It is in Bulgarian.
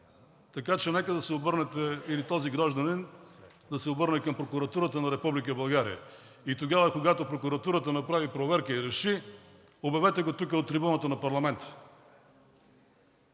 Така че се обърнете или този гражданин да се обърне към прокуратурата на Република България. И тогава, когато прокуратурата направи проверка и реши, обявете го тук от трибуната на парламента.